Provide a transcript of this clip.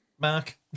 Mark